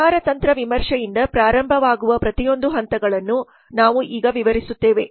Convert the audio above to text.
ವ್ಯವಹಾರ ತಂತ್ರ ವಿಮರ್ಶೆಯಿಂದ ಪ್ರಾರಂಭವಾಗುವ ಪ್ರತಿಯೊಂದು ಹಂತಗಳನ್ನು ನಾವು ಈಗ ವಿವರಿಸುತ್ತೇವೆ